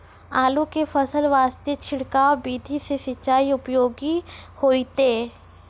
आलू के फसल वास्ते छिड़काव विधि से सिंचाई उपयोगी होइतै?